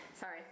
sorry